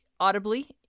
audibly